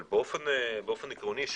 אבל באופן עקרוני,